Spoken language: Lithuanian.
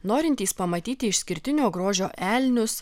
norintys pamatyti išskirtinio grožio elnius